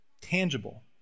tangible